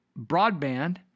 broadband